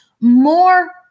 more